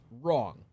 wrong